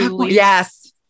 Yes